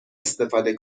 استفاده